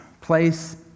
place